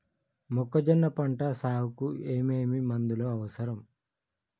మొక్కజొన్న పంట సాగుకు ఏమేమి మందులు అవసరం?